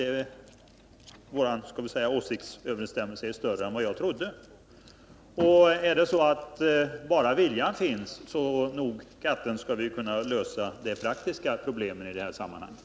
Det är emellertid glädjande att överensstämmelsen mellan våra åsikter är större än jag trodde. Finns bara viljan skall vi nog kunna lösa de praktiska problemen i det här sammanhanget.